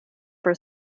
for